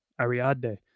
Ariadne